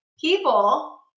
people